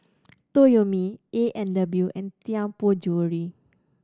Toyomi A and W and Tianpo Jewellery